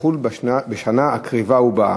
שתחול בשנה הקרבה ובאה.